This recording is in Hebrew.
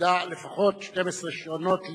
תסיים לפחות 12 שנות לימוד.